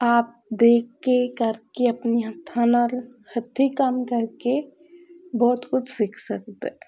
ਆਪ ਦੇਖ ਕੇ ਕਰਕੇ ਆਪਣੇ ਹੱਥਾਂ ਨਾਲ ਹੱਥੀਂ ਕੰਮ ਕਰਕੇ ਬਹੁਤ ਕੁਝ ਸਿੱਖ ਸਕਦਾ